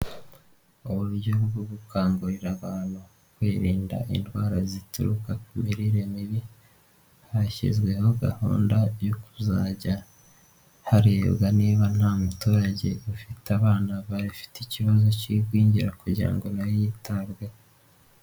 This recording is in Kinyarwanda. Uburyo bwo gukangurira abantu kwirinda indwara zituruka ku mirire mibi, hashyizweho gahunda yo kuzajya harebwa niba nta muturage ufite abana bafite ikibazo cy'igwingira kugira ngo nawe yitabweho.